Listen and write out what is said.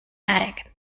attic